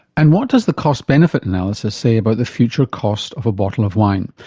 and what does the cost benefit analysis say about the future cost of a bottle of wine?